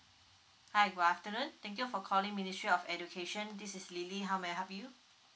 hi good afternoon thank you for calling ministry of education this is lily how may I help you